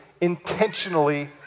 intentionally